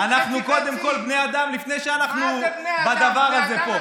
אנחנו קודם כול בני אדם, לפני שאנחנו בדבר הזה פה.